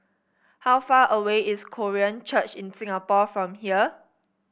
how far away is Korean Church in Singapore from here